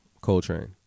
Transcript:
Coltrane